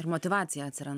ir motyvacija atsiran